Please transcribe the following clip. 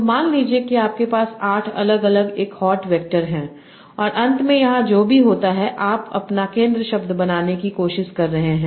तो मान लीजिए कि आपके पास 8 अलग अलग एक हॉट वैक्टर हैं और अंत में यहां जो भी होता है आप अपना केंद्र शब्द बनाने की कोशिश कर रहे हैं